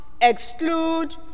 exclude